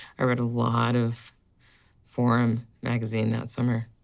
i read a lot of forum magazine that summer.